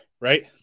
right